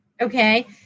okay